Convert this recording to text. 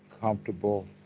comfortable